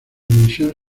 dimisión